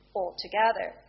altogether